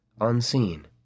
unseen